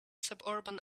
suburban